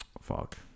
Fuck